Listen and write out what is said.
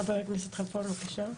ח"כ כלפון בבקשה.